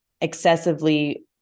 excessively